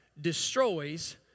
destroys